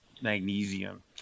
magnesium